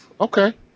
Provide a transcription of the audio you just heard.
Okay